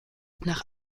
nach